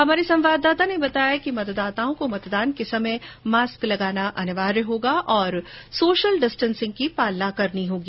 हमारे संवाददाता ने बताया कि मतदाताओं को मतदान के समय मास्क लगाना अनिवार्य होगा और सोशल डिस्टेंसिंग की पालना करनी होगी